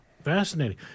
Fascinating